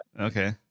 Okay